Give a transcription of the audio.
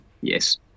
Yes